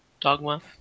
Dogma